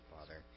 Father